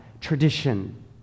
tradition